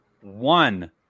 one